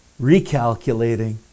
recalculating